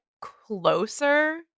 closer